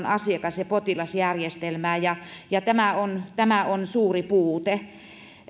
asiakas ja potilasjärjestelmään ja ja tämä on tämä on suuri puute